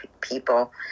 people